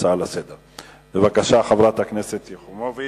בבקשה, חברת הכנסת יחימוביץ.